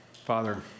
Father